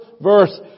verse